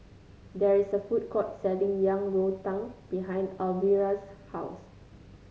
there is a food court selling Yang Rou Tang behind Alvira's house